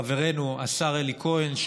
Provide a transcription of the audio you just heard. צריך להודות גם לחברנו השר אלי כהן,